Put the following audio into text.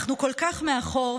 אנחנו כל כך מאחור,